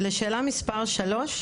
לשאלה מספר 3,